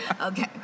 Okay